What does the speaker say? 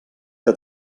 que